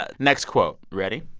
but next quote. ready?